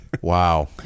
Wow